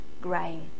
grain